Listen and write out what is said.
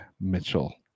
Mitchell